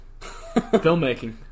Filmmaking